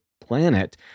planet